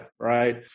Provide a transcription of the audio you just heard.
right